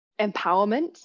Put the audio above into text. empowerment